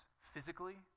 physically